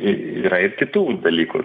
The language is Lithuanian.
y yra ir kitų dalykų